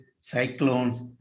cyclones